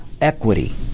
equity